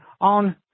on